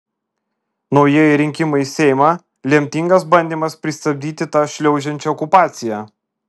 naujieji rinkimai į seimą lemtingas bandymas pristabdyti tą šliaužiančią okupaciją